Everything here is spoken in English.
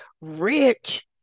Rich